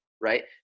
right